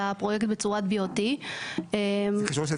הפרויקט בצורת BOT. זה קשור לסעיף 52?